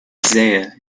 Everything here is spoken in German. sehe